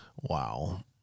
Wow